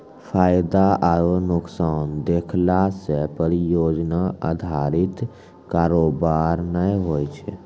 फायदा आरु नुकसान देखला से परियोजना अधारित कारोबार नै होय छै